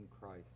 Christ